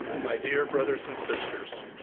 my dear brothers and sisters,